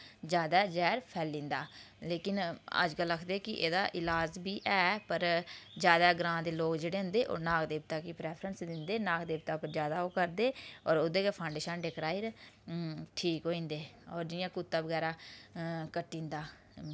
ज्यादा जैह्र फैल्ली जंदा लेकिन अज्जकल आखदे कि एह्दा ईलाज़ बी ऐ पर ज्यादा ग्रांऽ दे लोग जेह्ड़े होंदे ओह् नाग देवता गी प्रैफ्रैंस दिंदे नाग देवता उप्पर ओह् ज्यादा करदे होर ओह्दे गै फांडे शांडे कराई'र ठीक होई जंदे होर जियां कुत्ता बगैरा कट्टी जंदा